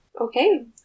Okay